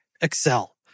Excel